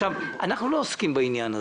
עכשיו, אנחנו לא עוסקים בעניין הזה.